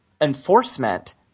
enforcement